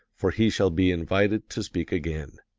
for he shall be invited to speak again.